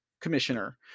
commissioner